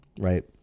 Right